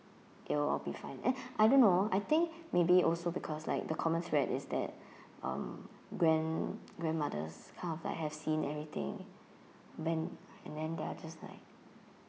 it will all be fine eh I don't know I think maybe also because like the common thread is that uh grand~ grandmothers kind of like have seen everything when and then they are just like